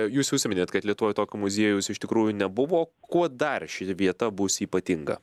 jūs užsiminėt kad lietuvoj tokio muziejaus iš tikrųjų nebuvo kuo dar ši vieta bus ypatinga